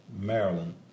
Maryland